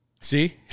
See